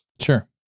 sure